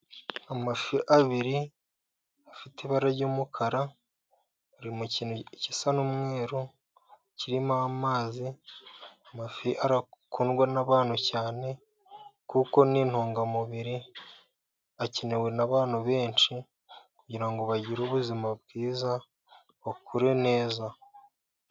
Amafi abiri, afite ibara ry'umukara .Ari mu kintu gisa n'umweru kirimo amazi. Amafi akundwa n'abantu cyane kuko n'intungamubiri. Akenewe n'abantu benshi kugira ngo bagire ubuzima bwiza bakure neza.